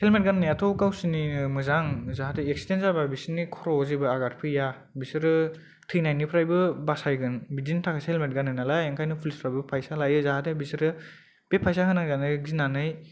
helmet गान्नाया थ'' गावसिनि मोजां जाहाथे एक्सिडेन्ट जाबा बिसिनि खर' आव जेबो आगाद फैया बिसोरो थैनायनिफ्राइबो बासायगोन बिदिनि थाखासो हेल्मेट गानो नालाय ओंखायनो पुलिस फोराबो फैसा लायो जाहाथे बिसोरो बे फैसा होनांजानो गिनानै